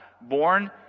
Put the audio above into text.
born